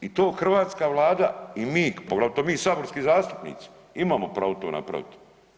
I to hrvatska Vlada i mi, poglavito mi saborski zastupnici imamo pravo to napraviti.